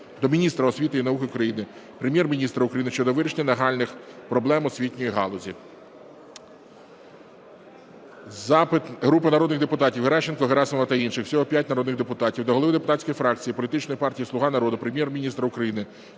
до міністра освіти і науки України, Прем'єр-міністра України щодо вирішення нагальних проблем освітньої галузі. Запит групи народних депутатів (Геращенко, Герасимова та інших. Всього 5 народних депутатів) до голови депутатської фракції політичної партії "Слуга народу", Прем'єр-міністра України,